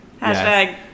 hashtag